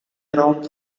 around